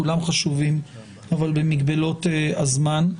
כולם חשובים אבל זה במגבלות הזמן.